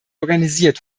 organisiert